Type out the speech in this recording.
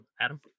Adam